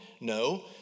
No